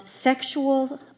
sexual